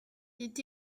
est